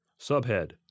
Subhead